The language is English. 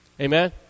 Amen